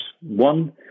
One